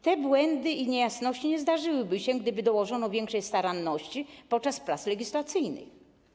Te błędy i niejasności nie zdarzyłyby się, gdyby dołożono większej staranności podczas prac legislacyjnych.